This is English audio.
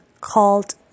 called